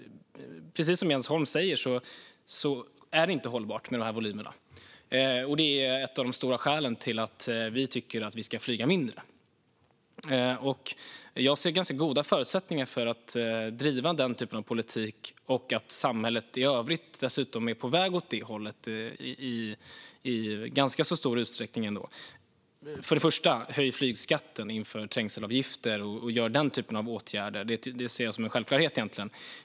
Precis som Jens Holm säger är det inte hållbart med dessa volymer. Det är ett av de stora skälen till att Miljöpartiet tycker att vi ska flyga mindre. Jag ser ganska goda förutsättningar för att driva den typen av politik och att samhället i övrigt är på väg åt det hållet i ganska stor utsträckning. Jag ser det som en självklarhet att höja flygskatten och införa trängselavgifter och att vidta den typen av åtgärder.